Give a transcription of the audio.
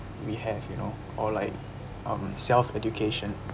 we have you know or like um self education